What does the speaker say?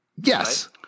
Yes